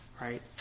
Right